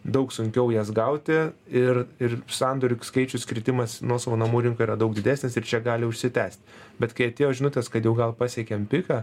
daug sunkiau jas gauti ir ir sandorių skaičius kritimas nuosavų namų rinkoj yra daug didesnis ir čia gali užsitęsti bet kai atėjo žinutės kad jau gal pasiekėm piką